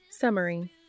Summary